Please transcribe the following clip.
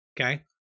Okay